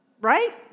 right